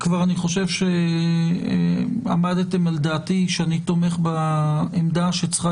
אני חושב שעמדתם על דעתי שאני תומך בעמדה שצריכה